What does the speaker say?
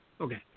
Okay